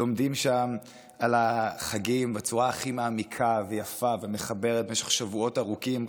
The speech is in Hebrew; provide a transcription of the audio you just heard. לומדים שם על החגים בצורה הכי מעמיקה ויפה ומחברת במשך שבועות ארוכים.